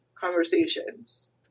conversations